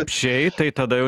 apsčiai tai tada jau